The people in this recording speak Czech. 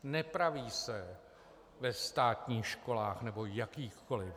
Nepraví se ve státních školách nebo jakýchkoliv.